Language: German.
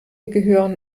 gehören